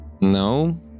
No